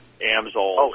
Amzol